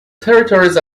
territories